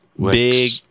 big